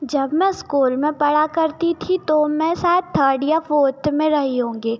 जब मैं स्कूल में पढ़ा करती थी तो मैं शायद थर्ड या फोर्थ में रही होंगी